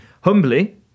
Humbly